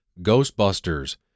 Ghostbusters